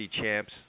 champs